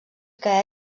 que